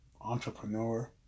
entrepreneur